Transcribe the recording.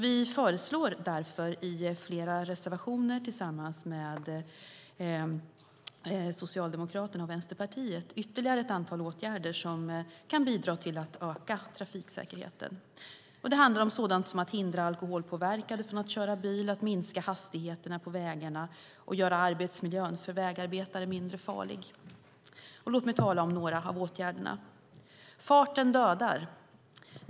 Vi föreslår därför i flera reservationer tillsammans med Socialdemokraterna och Vänsterpartiet ytterligare ett antal åtgärder som kan bidra till att öka trafiksäkerheten. Det handlar om sådant som att hindra alkoholpåverkade från att köra bil, att minska hastigheterna på vägarna och att göra arbetsmiljön för vägarbetare mindre farlig. Låt mig tala om några av åtgärderna. Farten dödar.